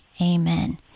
Amen